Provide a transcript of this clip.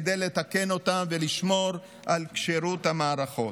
כדי לתקן אותן ולשמור על כשירות המערכות,